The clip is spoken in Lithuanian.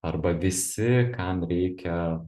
arba visi kam reikia